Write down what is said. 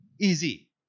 Easy